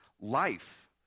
life